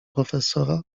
profesora